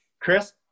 Chris